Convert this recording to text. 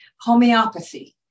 homeopathy